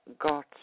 got